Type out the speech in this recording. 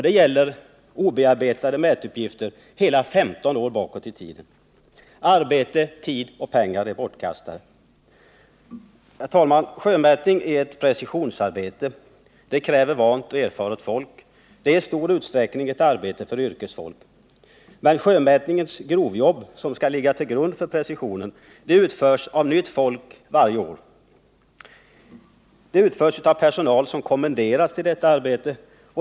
Det gäller obehandlade mätuppgifter sedan hela 15 år bakåt i tiden. Arbete, tid och pengar är bortkastade. Herr talman! Sjömätning är ett precisionsarbete. Det kräver vant och erfaret folk. Det är i stor utsträckning ett arbete för yrkesfolk. Men sjömätningens grovjobb, som skall ligga till grund för precisionsarbetet, utförs av nytt folk varje år. Det utförs av personal som kommenderas till detta arbete.